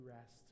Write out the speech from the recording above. rest